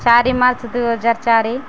ଚାରି ମାର୍ଚ୍ଚ ଦୁଇହଜାର ଚାରି